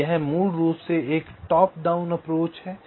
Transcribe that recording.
और यह मूल रूप से टॉप डाउन अप्रोच है